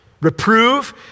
Reprove